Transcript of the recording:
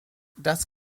das